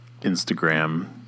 Instagram